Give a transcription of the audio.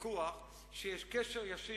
ויכוח שיש קשר ישיר,